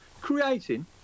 creating